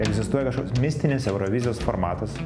egzistuoja kažkoks mistinis eurovizijos formatas